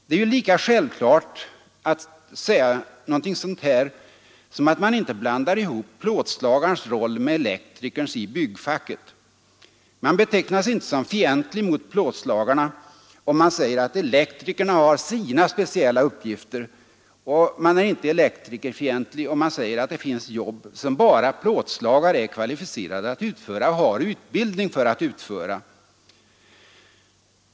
Det är ju lika självklart att dra yrkesgränser här som att man inte blandar ihop plåtslagarens roll med elektrikerns i byggfacket. Man betecknas inte som fientlig mot plåtslagarna om man säger att elektrikerna har sina speciella uppgifter, och man är inte elektrikerfientlig om man säger att det finns jobb som bara plåtslagare är kvalificerade att utföra och har utbildning för att utföra.